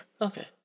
Okay